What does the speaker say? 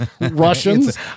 Russians